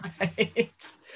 Right